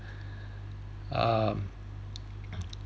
um